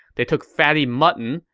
they took fatty mutton,